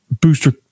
booster